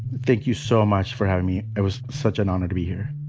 thank you so much for having me. it was such an honor to be here.